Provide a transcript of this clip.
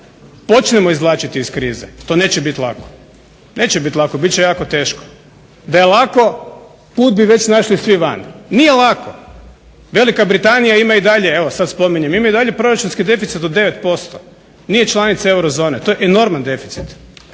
počnemo izvlačiti iz krize. To neće biti lako, neće biti lako, bit će jako teško. Da je lako put bi već našli svi van. Nije lako. Velika Britanija ima i dalje, evo sad spominjem ima i dalje proračunski deficit od 9%. Nije članica euro zone. To je enorman deficit,